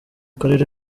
karere